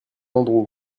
andrew